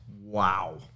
Wow